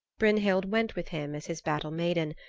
brynhild went with him as his battle-maiden,